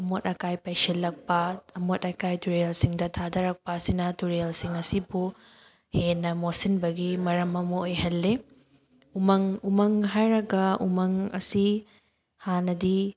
ꯑꯃꯣꯠ ꯑꯀꯥꯏ ꯄꯩꯁꯤꯜꯂꯛꯄ ꯑꯃꯣꯠ ꯑꯀꯥꯏ ꯇꯨꯔꯦꯜꯁꯤꯡꯗ ꯊꯥꯗꯔꯛꯄ ꯑꯁꯤꯅ ꯇꯨꯔꯦꯜꯁꯤꯡ ꯑꯁꯤꯕꯨ ꯍꯦꯟꯅ ꯃꯣꯠꯁꯤꯟꯕꯒꯤ ꯃꯔꯝ ꯑꯃ ꯑꯣꯏꯍꯜꯂꯤ ꯎꯃꯪ ꯎꯃꯪ ꯍꯥꯏꯔꯒ ꯎꯃꯪ ꯑꯁꯤ ꯍꯥꯟꯅꯗꯤ